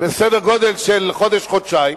בעוד חודש-חודשיים.